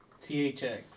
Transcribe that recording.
THX